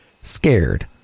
scared